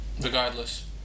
Regardless